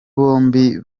bombi